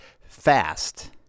fast